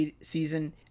season